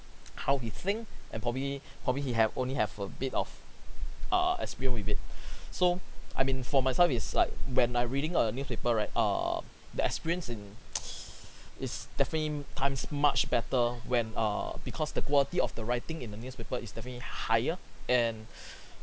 how he think and probably probably he have only have a bit of err experience with it so I mean for myself is like when I reading a newspaper right err the experience in is definitely times much better when err because the quality of the writing in the newspaper is definitely higher and